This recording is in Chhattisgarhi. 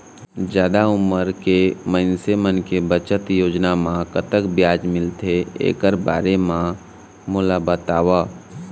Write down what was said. जादा उमर के मइनसे मन के बचत योजना म कतक ब्याज मिलथे एकर बारे म मोला बताव?